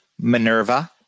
Minerva